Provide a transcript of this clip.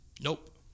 nope